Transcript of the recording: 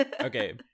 Okay